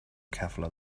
kevlar